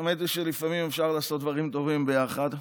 האמת היא שלפעמים אפשר לעשות דברים טובים ביחד,